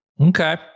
Okay